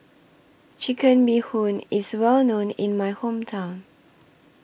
Chicken Bee Hoon IS Well known in My Hometown